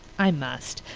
i must.